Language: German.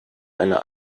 eine